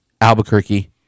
albuquerque